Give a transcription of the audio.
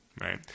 right